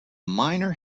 miner